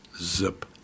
Zip